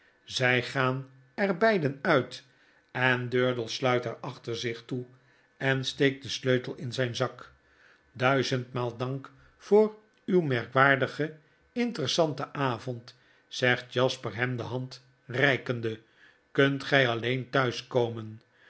zy gaan er beiden uit en durdels sluit haar achter zich toe en steekt den sleutel in zijn zak duizendmaal dank voor uw merkwaardigen interessanten avond zegt jasper hem de hand reikende kunt gy alleen